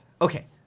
Okay